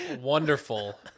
wonderful